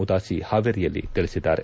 ಉದಾಸಿ ಹಾವೇರಿಯಲ್ಲಿ ತಿಳಿಸಿದ್ದಾರೆ